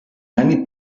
many